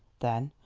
then,